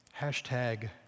Hashtag